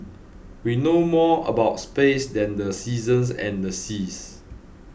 we know more about space than the seasons and the seas